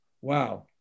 Wow